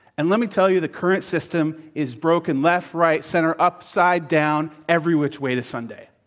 and let me tell you, the current system is broken left, right, center, upside down, every which way to sunday.